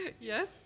Yes